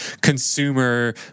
consumer